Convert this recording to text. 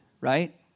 right